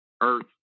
earth